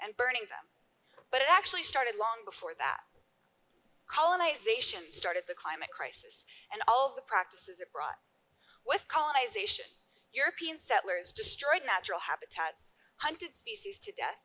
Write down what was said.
and burning them but it actually started long before that colonization started the climate crisis and all the practices that brought with colonization european settlers destroyed natural habitats hunted species to death